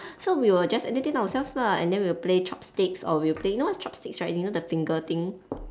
so we will just entertain ourselves lah and then we'll play chopsticks or we'll play you know what's chopsticks right you know the finger thing